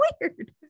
weird